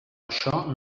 això